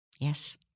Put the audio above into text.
yes